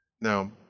Now